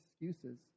excuses